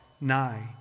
nigh